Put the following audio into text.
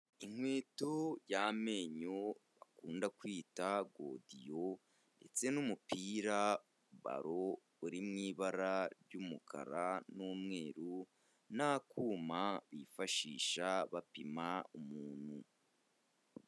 Inkweto y'amenyo bakunda kwita godiyo, ndetse n'umupira, baro, uri mu ibara ry'umukara n'umweru n'akuma bifashisha bapima umuntu.